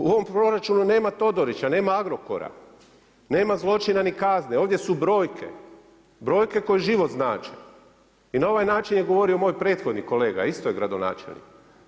U ovom proračunu nema Todorića, nema Agrokora, nema zločina ni kazne, ovdje su brojke, brojke koje život znače i na ovaj način je govorio moj prethodni kolega isto je gradonačelnik.